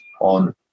on